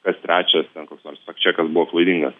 kas trečias ten koks nors faktčekas buvo klaidingas